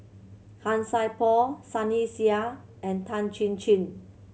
Han Sai Por Sunny Sia and Tan Chin Chin